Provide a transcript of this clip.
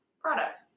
product